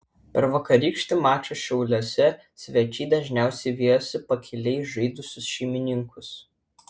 per vakarykštį mačą šiauliuose svečiai dažniausiai vijosi pakiliai žaidusius šeimininkus